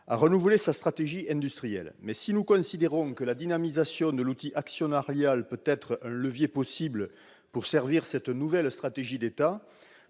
à renouveler sa stratégie industrielle. Mais si nous considérons que la dynamisation de l'outil actionnarial peut être un levier possible pour servir cette nouvelle stratégie d'État,